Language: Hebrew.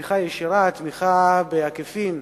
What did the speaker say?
תמיכה ישירה, תמיכה בעקיפין,